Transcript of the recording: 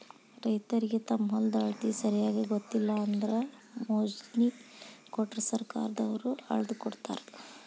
ರೈತರಿಗೆ ತಮ್ಮ ಹೊಲದ ಅಳತಿ ಸರಿಯಾಗಿ ಗೊತ್ತಿಲ್ಲ ಅಂದ್ರ ಮೊಜ್ನಿ ಕೊಟ್ರ ಸರ್ಕಾರದವ್ರ ಅಳ್ದಕೊಡತಾರ